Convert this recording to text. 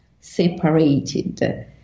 separated